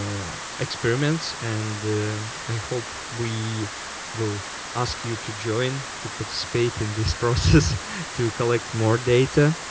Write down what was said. experiments and i hope we will ask you to join to participate in this process to collect more data,